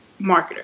marketer